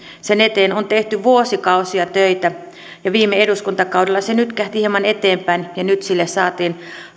sen eteen on tehty vuosikausia töitä ja viime eduskuntakaudella se nytkähti hieman eteenpäin ja nyt sille saatiin